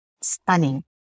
stunning